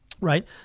Right